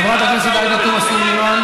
חברת הכנסת עאידה תומא סלימאן.